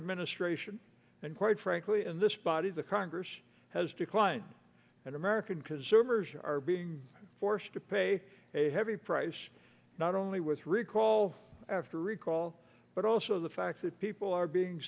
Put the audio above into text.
administration and quite frankly in this body the congress has declined an american consumers are being forced to pay a heavy price not only with recall after recall but also the fact that people are being